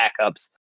backups